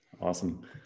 Awesome